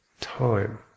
time